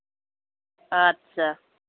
আচ্ছা